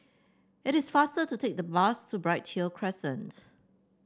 it is faster to take the bus to Bright Hill Crescent